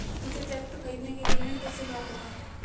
मुझे ट्रैक्टर खरीदने के लिए ऋण कैसे प्राप्त होगा?